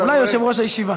אדוני, זכית.